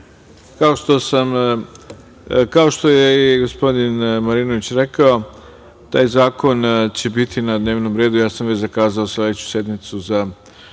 što je i gospodin Marinović rekao, taj zakon će biti na dnevnom redu. Ja sam već zakazao sledeću sednicu za